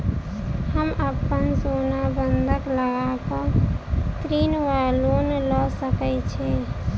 हम अप्पन सोना बंधक लगा कऽ ऋण वा लोन लऽ सकै छी?